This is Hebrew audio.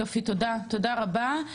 תודה רבה.